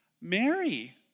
Mary